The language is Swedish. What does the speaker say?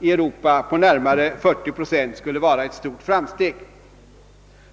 i Europa med närmare 40 procent skulle vara ett stort framsteg.